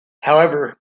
however